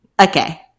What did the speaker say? okay